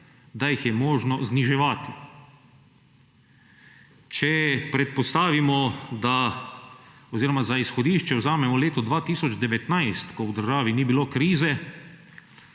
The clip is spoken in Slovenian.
da jih je možno zniževati. Če predpostavimo oziroma za izhodišče vzamemo leto 2019, ko v državi ni bilo krize,